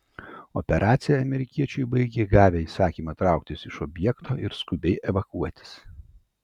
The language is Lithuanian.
operaciją amerikiečiai baigė gavę įsakymą trauktis iš objekto ir skubiai evakuotis